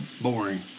boring